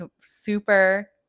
super